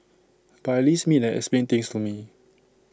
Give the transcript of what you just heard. but at least meet and explain things to me